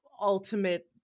ultimate